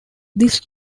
this